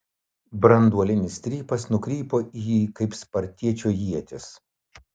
branduolinis strypas nukrypo į jį kaip spartiečio ietis